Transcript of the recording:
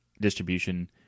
distribution